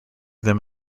them